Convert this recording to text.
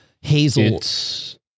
Hazel